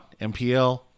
MPL